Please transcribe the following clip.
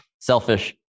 selfish